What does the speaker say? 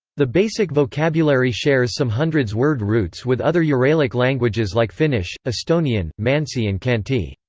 the basic vocabulary shares some hundreds word roots with other yeah uralic languages like finnish, estonian, mansi and khanty.